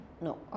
no